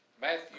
Matthew